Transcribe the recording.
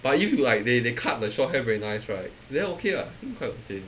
but if you like they they cut the short hair very nice right then okay lah quite okay